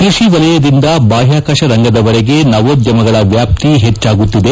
ಕೃಷಿ ವಲಯದಿಂದ ಬಾಹ್ಕಾಕಾಶ ರಂಗದವರೆಗೆ ನವೋದ್ಯಮಗಳ ವ್ಯಾಪ್ತಿ ಹೆಚ್ಚಾಗುತ್ತಿದೆ